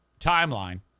timeline